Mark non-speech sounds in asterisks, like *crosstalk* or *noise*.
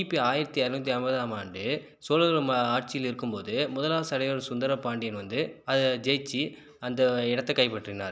கிபி ஆயிரத்தி அறுநூத்தி ஐம்பதாம் ஆண்டு சோழர்கள் ஆட்சியில் இருக்கும்போது முதலாம் சடை *unintelligible* சுந்தரபாண்டியன் வந்து அதை ஜெய்ச்சு அந்த இடத்தை கைப்பற்றினார்